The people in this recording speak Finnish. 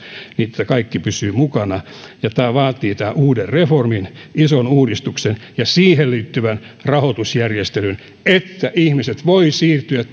niin että kaikki pysyvät mukana ja tämä vaatii tämän uuden reformin ison uudistuksen ja siihen liittyvän rahoitusjärjestelyn että ihmiset voivat siirtyä